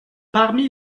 parmi